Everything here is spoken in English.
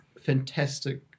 fantastic